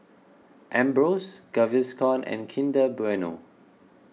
Ambros Gaviscon and Kinder Bueno